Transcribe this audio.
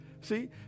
See